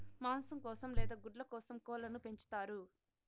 మాంసం కోసం లేదా గుడ్ల కోసం కోళ్ళను పెంచుతారు